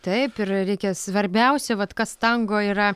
taip ir reikia svarbiausia vat kas tango yra